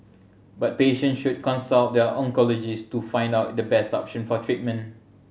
but patients should consult their oncologist to find out the best option for treatment